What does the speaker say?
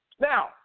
Now